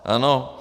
Ano.